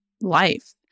life